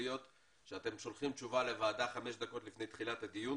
להיות שאתם שולחים תשובה לוועדה 5 דקות לפני תחילת הדיון.